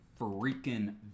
freaking